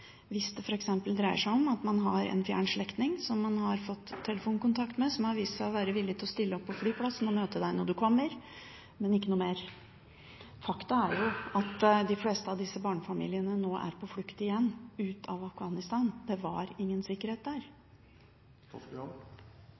hvis det f.eks. dreier seg om at man har en fjern slektning som man har fått telefonkontakt med, og som har vist seg villig til å stille opp på flyplassen og møte deg når du kommer, men ikke noe mer? Faktum er jo at de fleste av disse barnefamiliene nå er på flukt igjen ut av Afghanistan – det var ingen sikkerhet der.